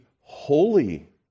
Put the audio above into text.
holy